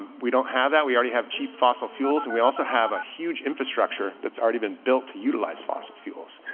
we don't have that. we already have cheap fossil fuels and we also have a huge infrastructure that's already been built to utilize fossil fuels.